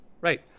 Right